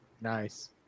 Nice